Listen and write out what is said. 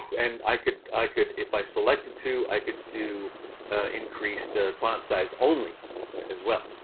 and i could i could if i selected to, i could do increased ah font size only as well.